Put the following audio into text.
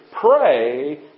Pray